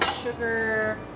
sugar